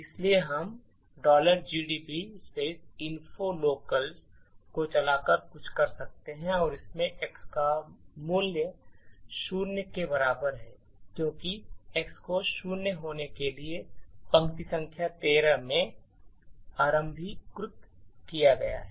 इसलिए हम gdb info locals को चलाकर कुछ कर सकते हैं और इसमें x का मूल्य शून्य के बराबर है क्योंकि यह x को शून्य होने के लिए पंक्ति संख्या 13 में आरंभीकृत किया गया है